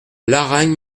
laragne